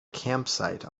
campsite